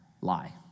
lie